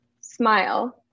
smile